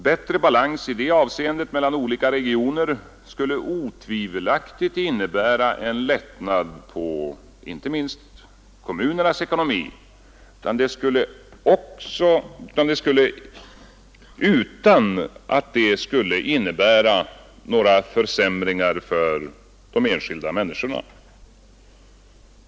Bättre balans i detta avseende mellan olika regioner skulle otvivelaktigt innebära en lättnad för inte minst kommunernas ekonomi utan att det skulle innebära några försämringar för de enskilda människorna.